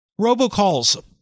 Robocalls